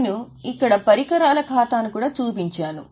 నేను ఇక్కడ పరికరాల ఖాతాను కూడా చూపించాను